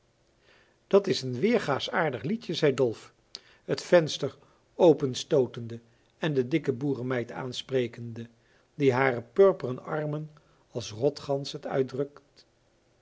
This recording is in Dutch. broek dat's een weergaasch aardig liedje zei dolf het venster openstootende en de dikke boeremeid aansprekende die hare purperen armen als rotgans het uitdrukt